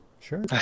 Sure